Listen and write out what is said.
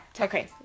Okay